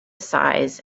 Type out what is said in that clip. size